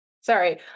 Sorry